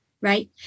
right